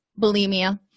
bulimia